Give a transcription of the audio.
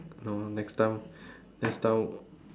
no next time next time